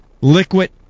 liquid